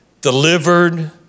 delivered